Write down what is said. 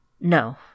No